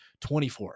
24